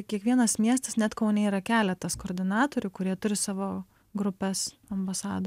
kiekvienas miestas net kaune yra keletas koordinatorių kurie turi savo grupes ambasado